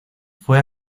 fue